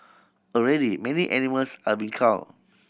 already many animals are being cull